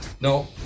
No